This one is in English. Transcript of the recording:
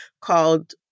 called